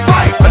Fight